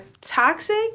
toxic